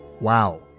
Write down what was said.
Wow